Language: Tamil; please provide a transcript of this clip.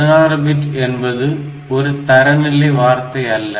16 பிட் என்பது ஒரு தரநிலை வார்த்தை அல்ல